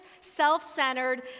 self-centered